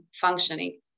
functioning